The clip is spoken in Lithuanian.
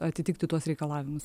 atitikti tuos reikalavimus